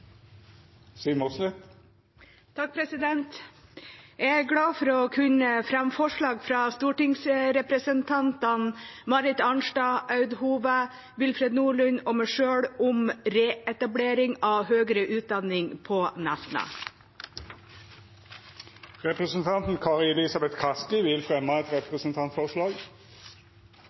er glad for å kunne fremme forslag fra stortingsrepresentantene Marit Arnstad, Aud Hove, Willfred Nordlund og meg selv om reetablering av høyere utdanning på Nesna. Representanten Kari Elisabeth Kaski vil setja fram eit representantforslag.